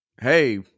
hey